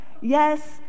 Yes